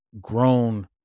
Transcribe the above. grown